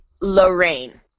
Lorraine